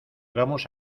vamos